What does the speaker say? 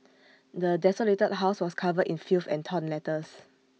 the desolated house was covered in filth and torn letters